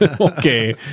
Okay